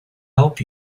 help